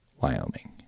Wyoming